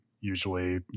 usually